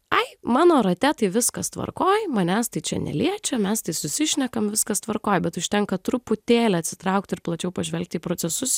ai mano rate tai viskas tvarkoj manęs tai čia neliečia mes tai susišnekam viskas tvarkoj bet užtenka truputėlį atsitraukti ir plačiau pažvelgti į procesus